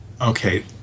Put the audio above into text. Okay